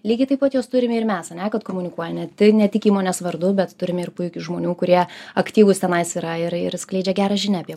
lygiai taip pat juos turime ir mes ane kad komunikuoja ne ne tik įmonės vardu bet turime ir puiki žmonių kurie aktyvūs tenais yra ir ir skleidžia gerą žinią apie